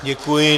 Děkuji.